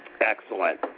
Excellent